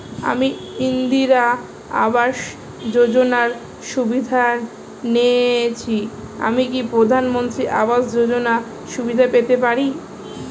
আমি ইন্দিরা আবাস যোজনার সুবিধা নেয়েছি আমি কি প্রধানমন্ত্রী আবাস যোজনা সুবিধা পেতে পারি?